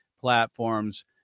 platforms